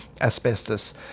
asbestos